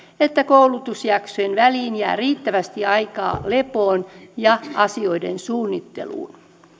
että koulutusjaksojen väliin jää riittävästi aikaa lepoon ja asioiden suunnitteluun